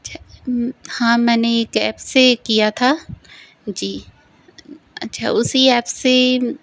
अच्छा हाँ मैंने एक एप से किया था जी अच्छा उसी एप से